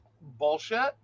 bullshit